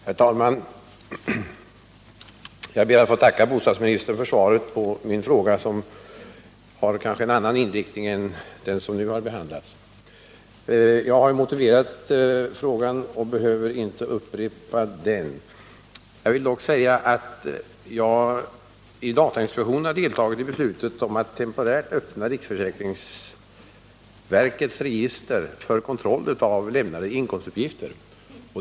Herr talman! Jag ber att få tacka bostadsministern för svaret på min fråga, som kanske har en annan inriktning än den nyss behandlade interpellationen. Jag har anfört motivering för frågan och behöver inte upprepa den. Dock vill jag säga att jag i datainspektionen har deltagit i beslutet om att temporärt öppna riksförsäkringsverkets register för kontroll av lämnade inkomstuppgifter.